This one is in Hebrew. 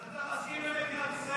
אז אתה מסכים למדינת ישראל